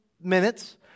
minutes